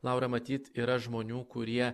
laura matyt yra žmonių kurie